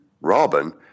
Robin